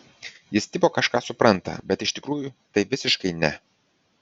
jis tipo kažką supranta bet iš tikrųjų tai visiškai ne